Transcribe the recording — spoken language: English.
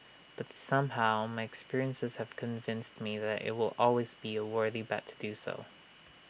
but somehow my experiences have convinced me that IT will always be A worthy bet to do so